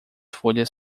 folhas